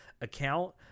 account